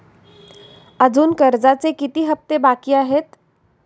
अजुन कर्जाचे किती हप्ते बाकी आहेत?